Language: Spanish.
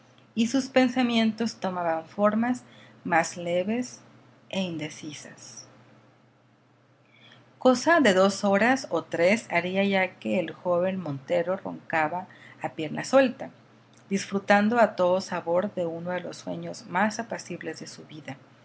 y sus pensamientos tomaban formas más leves e indecisas cosa de dos horas o tres haría ya que el joven montero roncaba a pierna suelta disfrutando a todo sabor de uno de los sueños más apacibles de su vida